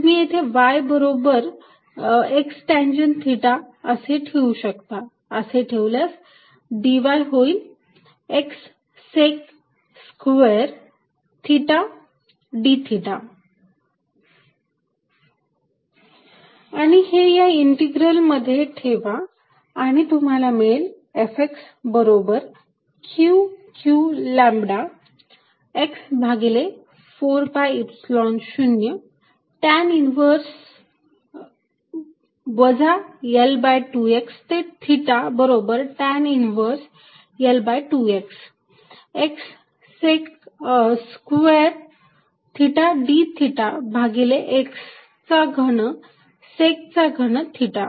तुम्ही येथे y बरोबर x टँजेन्ट थिटा असे घेऊ शकता असे घेतल्यास dy होईल x सेक चा वर्ग theta d theta Fxqλ4π0 L2L2xdyx2y232qλx4π0 L2L2dyx2y232 yxtanθ dyxsec2θdθ आणि हे या इंटीग्रल मध्ये ठेवा आणि तुम्हाला मिळेल F x बरोबर q q लॅम्बडा x भागिले 4 pi Epsilon 0 टॅन इन्व्हर्स वजा L2x ते थिटा बरोबर tan inverse L2x x sec चा वर्ग थिटा d थिटा भागिले x चा घन सेक चा घन थिटा